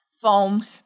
foam